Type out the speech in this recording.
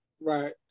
Right